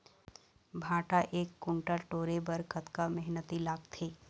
भांटा एक कुन्टल टोरे बर कतका मेहनती लागथे?